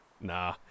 Nah